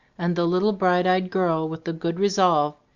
and the little bright-eyed girl with the good resolve,